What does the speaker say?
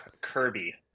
kirby